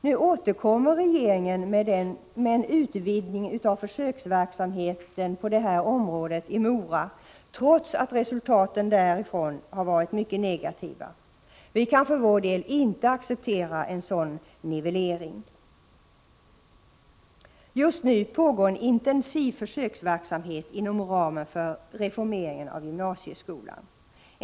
Nu återkommer regeringen med en utvidgning av försöksverksamheten på detta område i Mora, trots att resultaten därifrån har varit mycket negativa. Vi kan för vår del inte acceptera en sådan nivellering. Just nu pågår en intensiv försöksverksamhet inom ramen för reformeringen av gymnasieskolan.